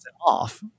off